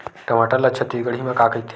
टमाटर ला छत्तीसगढ़ी मा का कइथे?